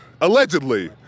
Allegedly